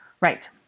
Right